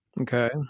Okay